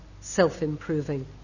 self-improving